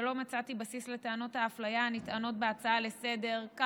ולא מצאתי בסיס לטענות האפליה הנטענות בהצעה לסדר-היום,